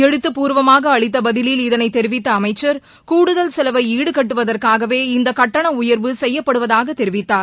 எழுத்துப் பூர்வமாகஅளித்தபதிலில் இதைத் தெரிவித்தஅமைச்சர் கூடுதல் செலவொடுகட்டுவதற்காகவே இந்தக் கட்டணஉயர்வு செய்யப்படுவதாகதெரிவித்தார்